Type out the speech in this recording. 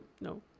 no